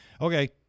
Okay